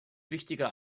wichtiger